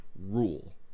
rule